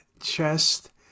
chest